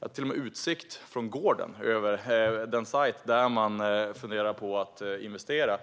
Jag har till och med utsikt från gården över den plats där man funderar på att investera.